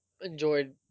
enjoyed